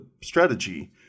strategy